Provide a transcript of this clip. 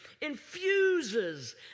infuses